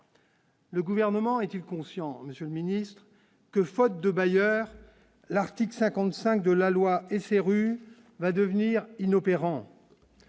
Le gouvernement est-il conscient, Monsieur le Ministre que faute de bailleur, l'article 55 de la loi SRU va devenir inopérant